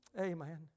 Amen